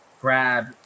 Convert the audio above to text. grab